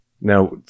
Now